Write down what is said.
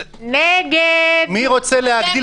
שזה יכול להתאים